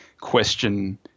question